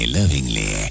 lovingly